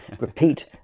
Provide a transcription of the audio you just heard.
repeat